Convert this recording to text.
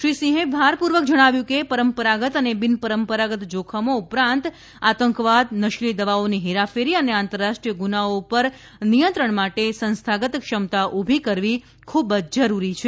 શ્રી સિંઘે ભાર પૂર્વક જણાવ્યું હતું કે પરંપરાગત અને બિનપરંપરાગત જોખમો ઉપરાંત આતંકવાદ નશીલી દવાઓની હેરાફેરી અને આંતરરાષ્ટ્રીય ગુનાઓ ઉપર નિયંત્રણ માટે સંસ્થાગત ક્ષમતા ઊભી કરવી ખૂબ જ જરૂરી છે